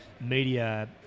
media